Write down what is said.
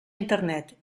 internet